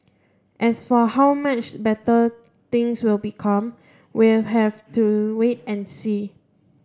as for how much better things will become we'll have to wait and see